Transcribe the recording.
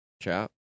chap